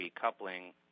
coupling